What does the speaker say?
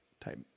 type